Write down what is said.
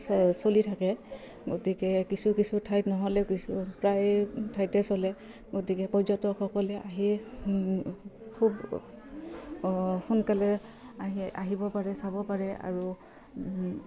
চ চলি থাকে গতিকে কিছু কিছু ঠাইত নহ'লেও কিছু প্ৰায় ঠাইতে চলে গতিকে পৰ্যটকসকলে আহি খুব সোনকালে আহি আহিব পাৰে চাব পাৰে আৰু